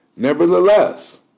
Nevertheless